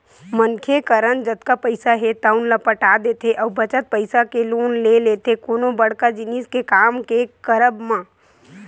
मनखे करन जतका पइसा हे तउन ल पटा देथे अउ बचत पइसा के लोन ले लेथे कोनो बड़का जिनिस के काम के करब म